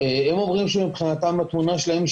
הם אומרים שמבחינת התמונה שלהם,